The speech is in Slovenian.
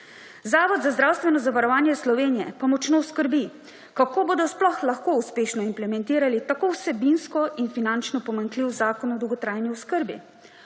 Zavod za zdravstveno zavarovanje Slovenije pa močno skrbi, kako bodo sploh lahko uspešno implementirali tako vsebinsko in finančno pomanjkljiv zakon o dolgotrajni oskrbi.